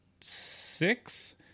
six